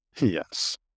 Yes